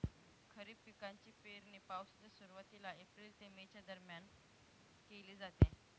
खरीप पिकांची पेरणी पावसाच्या सुरुवातीला एप्रिल ते मे च्या दरम्यान केली जाते